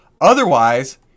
Otherwise